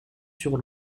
sur